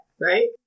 Right